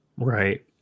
Right